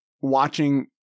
watching